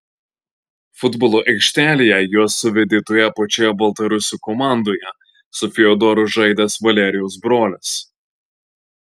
futbolo aikštelėje juos suvedė toje pačioje baltarusių komandoje su fiodoru žaidęs valerijos brolis